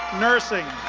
nursing.